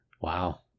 Wow